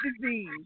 disease